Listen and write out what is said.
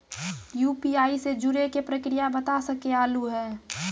UPI से जुड़े के प्रक्रिया बता सके आलू है?